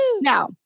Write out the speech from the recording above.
Now